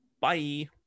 Bye